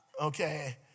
Okay